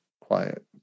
quiet